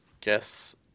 Guess